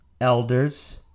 elders